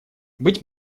быть